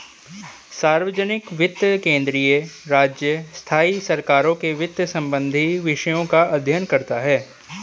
सार्वजनिक वित्त केंद्रीय, राज्य, स्थाई सरकारों के वित्त संबंधी विषयों का अध्ययन करता हैं